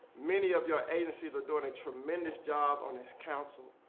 many of your agencies are doing a tremendous job on this council.